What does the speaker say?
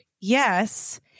yes